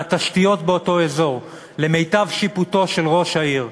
והתשתיות באותו אזור, למיטב שיפוטו של ראש העיר,